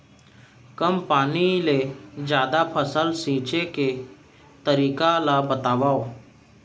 कम पानी ले जादा फसल सींचे के तरीका ला बतावव?